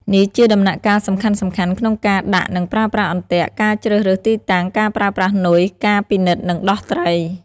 នេះជាដំណាក់កាលសំខាន់ៗក្នុងការដាក់និងប្រើប្រាស់អន្ទាក់ ការជ្រើសរើសទីតាំង ការប្រើប្រាស់នុយ ការពិនិត្យនិងដោះត្រី។